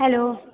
hello